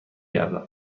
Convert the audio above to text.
گردم